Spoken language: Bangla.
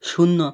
শূন্য